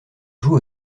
joue